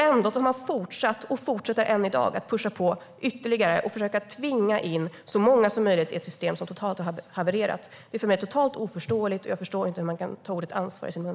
Ändå har man fortsatt, och man fortsätter än i dag, att pusha på ytterligare och försöka tvinga in så många som möjligt i ett system som totalt har havererat. Det är för mig totalt oförståeligt, och jag förstår inte hur man samtidigt kan ta ordet ansvar i sin mun.